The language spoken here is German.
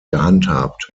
gehandhabt